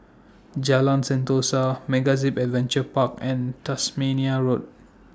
Jalan Sentosa MegaZip Adventure Park and Tasmania Road